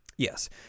Yes